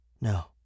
No